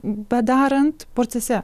bedarant procese